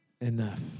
enough